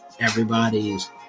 everybody's